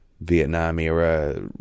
Vietnam-era